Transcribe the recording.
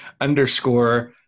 underscore